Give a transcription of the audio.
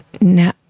No